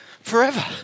forever